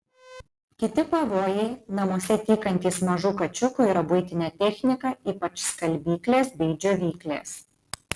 kiti pavojai namuose tykantys mažų kačiukų yra buitinė technika ypač skalbyklės bei džiovyklės